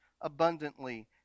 abundantly